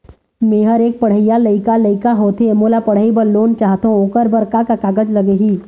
मेहर एक पढ़इया लइका लइका होथे मोला पढ़ई बर लोन चाहथों ओकर बर का का कागज लगही?